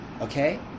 Okay